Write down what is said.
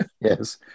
Yes